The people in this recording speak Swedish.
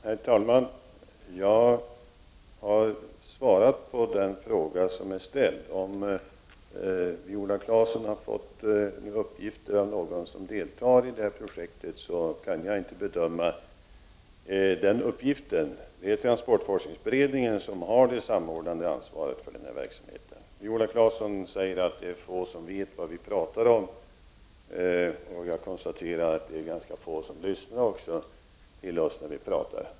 Herr talman! Jag har svarat på den fråga som är ställd. Om Viola Claesson har fått uppgifter av någon som deltar i projektet kan jag inte bedöma dessa uppgifter. Det är transportforskningsberedningen som har fått det samordnande ansvaret för verksamheten. Viola Claesson sade att det är få som vet vad vi talar om. Jag kan konstatera att det är ganska få som lyssnar till oss.